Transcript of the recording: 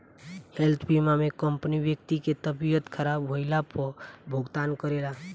health बीमा में company व्यक्ति के तबियत ख़राब भईला पर भुगतान करेला